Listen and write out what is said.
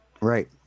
Right